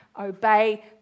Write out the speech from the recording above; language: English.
obey